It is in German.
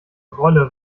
rolle